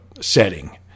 setting